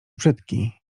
brzyki